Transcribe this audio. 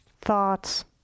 thoughts